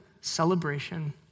celebration